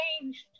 changed